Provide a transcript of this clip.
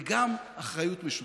וגם אחריות משותפת.